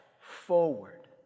forward